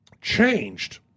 changed